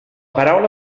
paraula